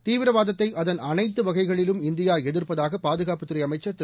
தீவிரவாதத்தை அதன் அனைத்து வகைகளிலும் இந்தியா எதிர்ப்பதாக பாதுகாப்புத்துறை அமைச்சர் திரு